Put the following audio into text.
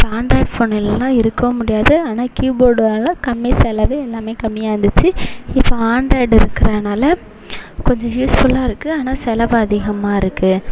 இப்போ Android phone இல்லைனா இருக்கவும் முடியாது ஆனால் கீபோர்டு வில கம்மி செலவு எல்லாம் கம்மியாக இருந்துச்சு இப்போ ஆண்ட்ராய்டு இருக்கறதுனால கொஞ்சம் யூஸ்ஃபுல்லாக இருக்கு ஆனால் செலவு அதிகமாக இருக்கு